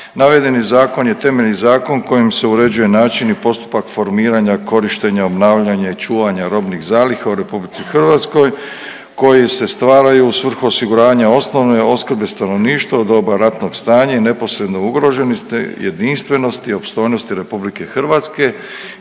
Navedeni zakon je temeljni zakon kojim se uređuje način i postupak formiranja korištenja, obnavljanja i čuvanja robnih zaliha u Republici Hrvatskoj koji se stvaraju u svrhu osiguranja osnovne opskrbe stanovništva u doba ratnog stanja i neposredne ugroženosti, jedinstvenosti i opstojnosti Republike Hrvatske